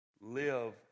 live